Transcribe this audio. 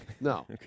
no